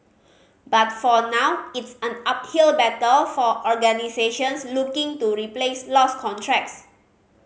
but for now it's an uphill battle for organisations looking to replace lost contracts